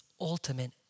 ultimate